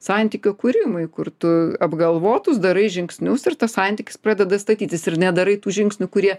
santykių kūrimui kur tu apgalvotus darai žingsnius ir tas santykis pradeda statytis ir nedarai tų žingsnių kurie